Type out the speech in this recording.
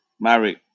Mary